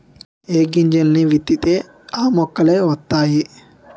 ఏ గింజల్ని విత్తితే ఆ మొక్కలే వతైయి